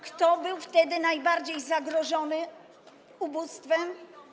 Kto był wtedy najbardziej zagrożony ubóstwem?